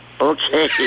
Okay